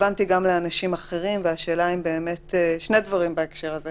שני דברים בהקשר הזה.